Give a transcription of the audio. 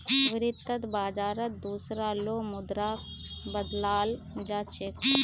वित्त बाजारत दुसरा लो मुद्राक बदलाल जा छेक